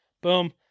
Boom